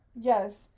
yes